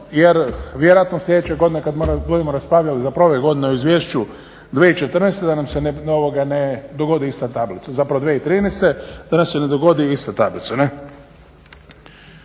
jer vjerojatno sljedeće godine kad budemo raspravljali, zapravo ove godine o izvješću 2014., da nam se ne dogodi ista tablica, zapravo 2013. da nam se ne dogodi ista tablica.